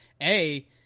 A-